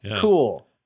cool